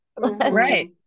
right